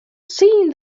seen